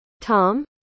tom